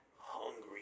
hungry